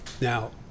Now